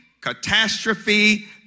catastrophe